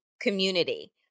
community